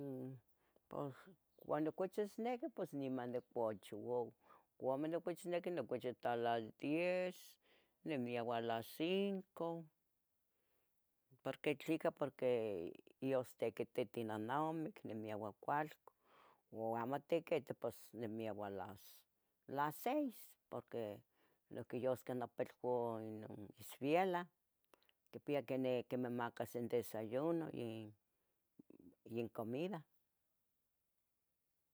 M, cuando cochisnequi pos niman nicuchi. ua amo nicochisneqi, nicochi hasta las diez. nimieua las cinco porque tlica, porque iyos tiquititi. nonaumic, nimieua cualcan, ua amo tiquiti. pos nimieua las, las seis porque nuhque yusqueh. nopeloun isvielah, quipia quene, quimepamas idesayuno. in- incomida